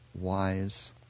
wise